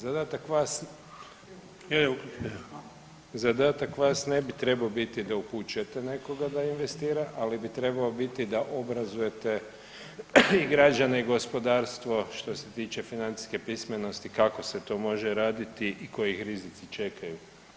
Zadatak vas ne bi trebao biti da upućujete nekoga da investira, ali bi trebao biti da obrazujete i građane i gospodarstvo što se tiče financijske pismenosti kako se to može raditi i koji ih rizici čekaju.